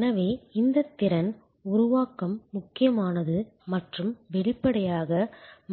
எனவே இந்தத் திறன் உருவாக்கம் முக்கியமானது மற்றும் வெளிப்படையாக